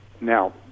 Now